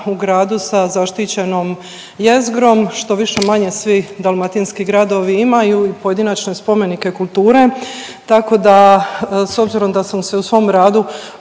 u gradu sa zaštićenom jezgrom, što više-manje svi dalmatinski gradovi imaju i pojedinačne spomenike kulture, tako da s obzirom da sam se u svom radu